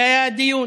זה היה הדיון.